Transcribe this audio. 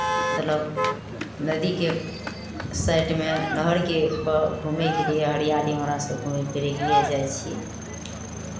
मतलब नदीके साइडमे नहरके घूमयके लिए हरियाली हमरासभ घूमय फिरयके लिए जाइ छियै